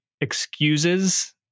excuses